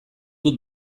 dut